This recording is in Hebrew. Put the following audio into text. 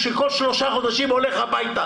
יופחת מספר ימי העבודה שבהם נעדר מעבודתו בשל הבידוד,